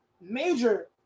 major